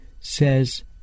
says